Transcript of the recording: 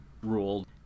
ruled